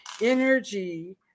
energy